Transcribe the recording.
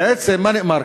בעצם, מה נאמר כאן?